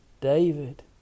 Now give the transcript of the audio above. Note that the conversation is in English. David